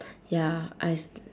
ya I s~